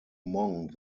among